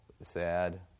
sad